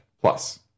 Plus